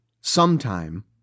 sometime